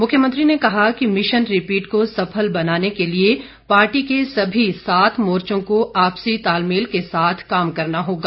मुख्यमंत्री ने कहा कि मिशन रिपीट को सफल बनाने के लिए पार्टी के सभी सात मोर्चों को आपसी तालमेल के साथ काम करना होगा